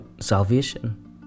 salvation